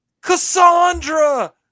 Cassandra